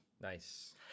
nice